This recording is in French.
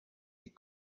des